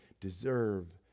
deserve